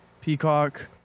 Peacock